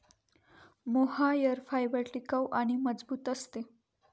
mohair fibre टिकाऊ आणि मजबूत असते